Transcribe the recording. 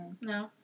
No